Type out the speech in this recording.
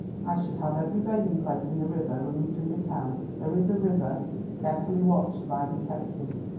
i should have every bathing-place in the river running through the town there is a river carefully watched by detectives.